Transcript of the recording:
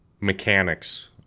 mechanics